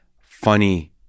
funny